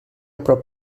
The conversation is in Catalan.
prop